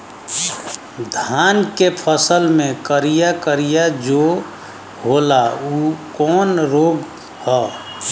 धान के फसल मे करिया करिया जो होला ऊ कवन रोग ह?